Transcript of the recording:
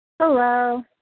Hello